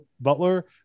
butler